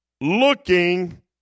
looking